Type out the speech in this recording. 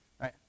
right